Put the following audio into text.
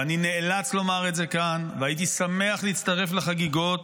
אני נאלץ לומר את זה כאן והייתי שמח להצטרף לחגיגות,